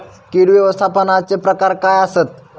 कीड व्यवस्थापनाचे प्रकार काय आसत?